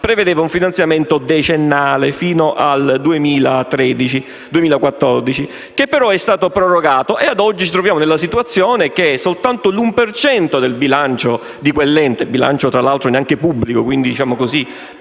prevedeva un finanziamento decennale fino al 2014, che però è stato prorogato. Oggi ci troviamo in una situazione in cui soltanto l'1 per cento del bilancio di quell'ente (bilancio tra l'altro neanche pubblico, quindi per